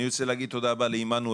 אני רוצה להודות מאוד לעמנואל.